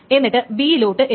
എന്നിട്ട് B യിലോട്ട് എഴുതും